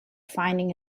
finding